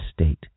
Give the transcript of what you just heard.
state